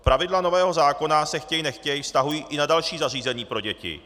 Pravidla nového zákona se, chtěj nechtěj, vztahují i na další zařízení pro děti.